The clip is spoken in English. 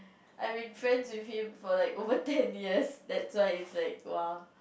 I've been friends with him for like over ten years that's why it's like !wah!